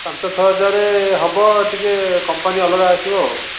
ପାଞ୍ଚ ଛଅ ହଜାରେ ହେବ ଟିକେ କମ୍ପାନୀ ଅଲଗା ଆସିବ ଆଉ